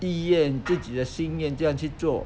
意愿自己的心愿这样去做